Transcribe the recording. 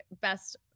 best